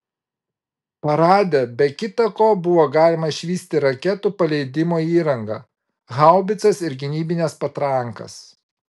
parade be kita ko buvo galima išvysti raketų paleidimo įrangą haubicas ir gynybines patrankas